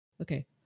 Okay